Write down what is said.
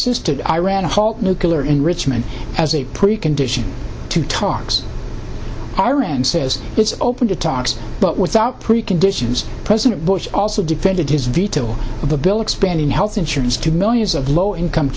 insisted iran a halt nuclear enrichment as a precondition to talks iran says it's open to talks but without preconditions president bush also defended his veto the bill expanding health insurance to millions of low income